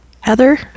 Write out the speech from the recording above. Heather